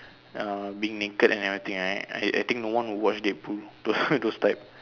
um being naked and everything right I I think no one would watch Deadpool those those type